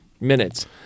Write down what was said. minutes